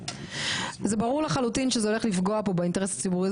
זה ברור לחלוטין שזה הולך לפגוע פה באינטרס הציבורי,